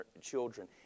children